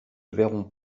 verront